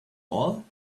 all